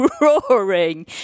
roaring